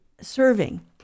serving